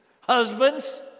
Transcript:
husbands